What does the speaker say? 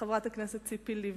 חברת הכנסת ציפי לבני,